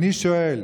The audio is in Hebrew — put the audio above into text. אני שואל: